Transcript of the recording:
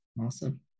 Awesome